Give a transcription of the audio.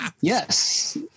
Yes